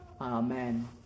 Amen